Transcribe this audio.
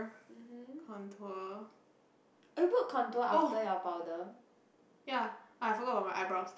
ya I forgot about my eyebrows